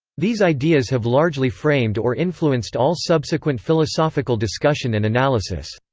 these ideas have largely framed or influenced all subsequent philosophical discussion and analysis.